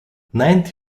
ninety